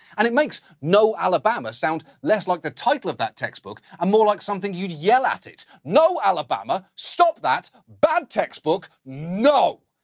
and it makes know alabama sound less like the title of that textbook, and more like something you'd yell at it. no alabama! stop that! bad textbook, no!